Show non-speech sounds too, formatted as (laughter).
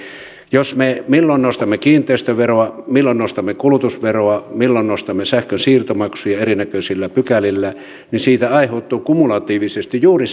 milloin me nostamme kiinteistöveroa milloin nostamme kulutusveroa milloin nostamme sähkönsiirtomaksuja erinäköisillä pykälillä niin siitä aiheutuu kumulatiivisesti juuri (unintelligible)